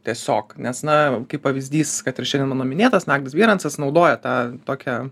tiesiog nes na kaip pavyzdys kad ir šiandien mano minėtas naglis bierancas naudoja tą tokią